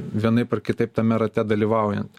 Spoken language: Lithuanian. vienaip ar kitaip tame rate dalyvaujant